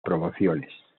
promociones